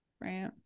Right